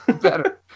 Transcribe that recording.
Better